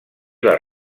les